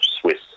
Swiss